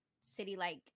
city-like